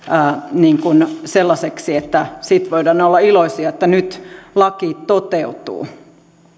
sellaiseksi että sitten voidaan olla iloisia että nyt laki toteutuu